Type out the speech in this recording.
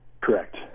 Correct